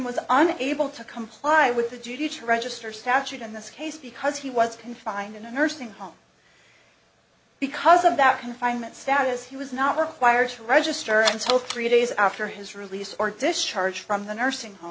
was unable to comply with the duty to register statute in this case because he was confined in a nursing home because of that confinement status he was not required to register until three days after his release or discharge from the nursing home